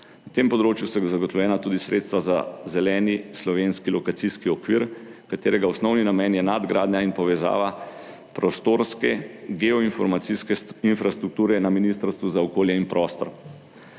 Na tem področju so zagotovljena tudi sredstva za zeleni slovenski lokacijski okvir, katerega osnovni namen je nadgradnja in povezava prostorske geoinformacijske infrastrukture na Ministrstvu za okolje in prostor.